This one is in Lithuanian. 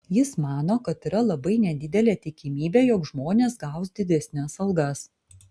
jis mano kad yra labai nedidelė tikimybė jog žmonės gaus didesnes algas